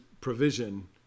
provision